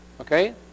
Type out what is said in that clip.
okay